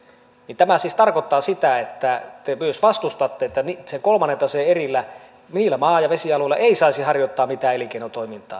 tämä siis tarkoittaa sitä että te myös vastustatte että sen kolmannen taseen erillä niillä maa ja vesialueilla ei saisi harjoittaa mitään elinkeinotoimintaa